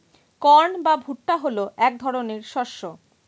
corn বা ভুট্টা হলো এক ধরনের শস্য